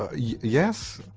ah yeah yes?